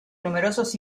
numerosos